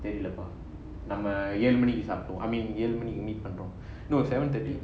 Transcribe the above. தெரில பா நம்ம ஏழு மணிக்கு சாப்பிட்டோம்:therila pa namma yezhu maniku sappitom I mean ஏழு மணிக்கு:yezhu maniku meet பண்றோம்:panrom no seven thirty